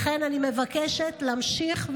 לכן אני מבקשת להמשיך,